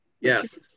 yes